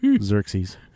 Xerxes